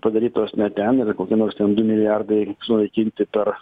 padarytos ne ten ir kokie nors ten du milijardai sunaikinti per